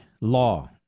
law